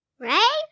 Right